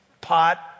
pot